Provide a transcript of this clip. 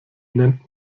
nennt